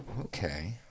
Okay